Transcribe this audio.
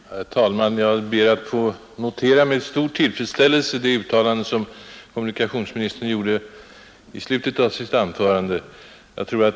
Herr talman! Jag noterar med stor tillfredsställelse det uttalande som kommunikationsministern gjorde i slutet av sitt anförande.